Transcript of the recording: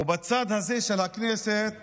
ובצד הזה של הכנסת